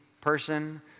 person